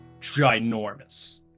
ginormous